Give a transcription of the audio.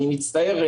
אני מצטער,